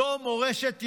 זו מורשת יהודית?